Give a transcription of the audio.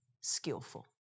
skillful